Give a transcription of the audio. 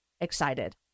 excited